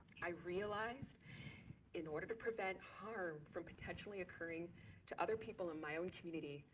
i realized in order to prevent harm from potentially occurring to other people in my own community,